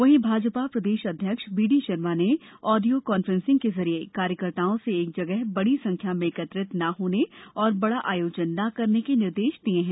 वहीं भाजपा प्रदेश अध्यक्ष बी डी शर्मा ने आडियो कॉफ्रेंसिंग के जरिए कार्यकर्ताओं से एक जगह बड़ी संख्या में एकत्रित न होने और बड़ा आयोजन न करने के निर्देश दिये हैं